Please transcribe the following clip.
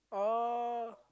oh